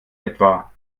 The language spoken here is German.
etwa